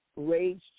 raised